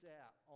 out